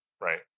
right